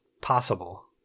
possible